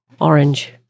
Orange